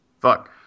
Fuck